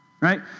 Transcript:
Right